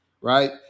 right